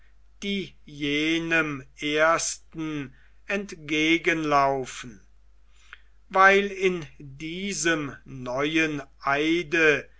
die jenem ersten entgegenlaufen weil in diesem neuen eide